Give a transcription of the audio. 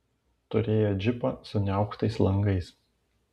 turėjo džipą su niauktais langais